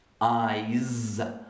eyes